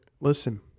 listen